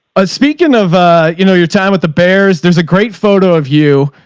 a speaking of a, you know, you're time with the bears there's a great photo of you.